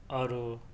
اور